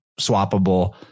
swappable